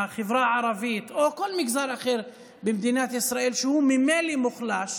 שהחברה הערבית או כל מגזר אחר במדינת ישראל שהוא ממילא מוחלש,